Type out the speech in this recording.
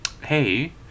Hey